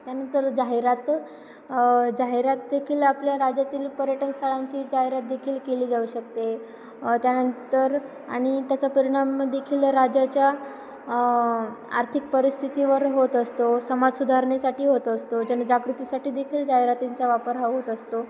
त्यानंतर जाहिरात जाहिरात देखील आपल्या राज्यातील पर्यटन स्थळांची जाहिरात देखील केली जाऊ शकते त्यानंतर आणि त्याचा परिणाम देखील राज्याच्या आर्थिक परिस्थितीवर होत असतो समाज सुधारणेसाठी होत असतो जनजागृतीसाठी देखील जाहिरातींचा वापर हा होत असतो